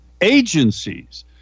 agencies